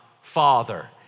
Father